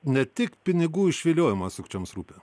ne tik pinigų išviliojimas sukčiams rūpi